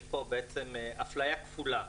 יש פה בעצם אפליה כפולה.